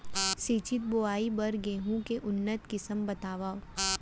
सिंचित बोआई बर गेहूँ के उन्नत किसिम बतावव?